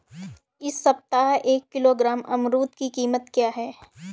इस सप्ताह एक किलोग्राम अमरूद की कीमत क्या है?